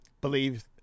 believe